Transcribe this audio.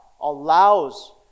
allows